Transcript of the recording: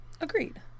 agreed